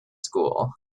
school